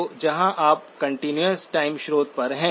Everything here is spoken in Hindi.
तो यहां आप कंटीन्यूअस टाइम स्रोत पर हैं